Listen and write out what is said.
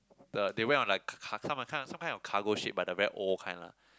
the they went on like car~ car~ some kind of cargo ship but the very old kind lah